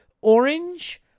Orange